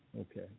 Okay